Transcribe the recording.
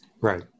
Right